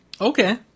Okay